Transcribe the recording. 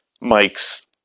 Mike's